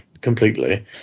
completely